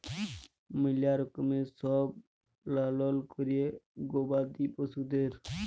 ম্যালা রকমের সব লালল ক্যরে গবাদি পশুদের